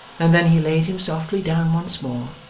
and then he laid him softly down once more,